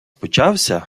почався